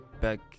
back